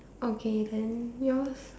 okay then yours